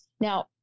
Now